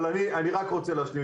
אבל אני רק רוצה להשלים.